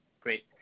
great